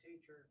teacher